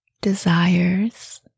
desires